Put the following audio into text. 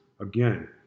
Again